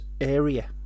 area